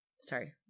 sorry